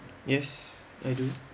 yes I do